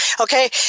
okay